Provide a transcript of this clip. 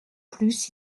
plus